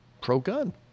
pro-gun